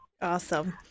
Awesome